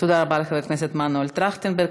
תודה רבה לחבר הכנסת עמנואל טרכטנברג.